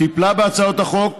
טיפלה בהצעות החוק